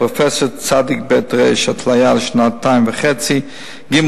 פרופסור צב"ר, התליה לשנתיים וחצי, ג.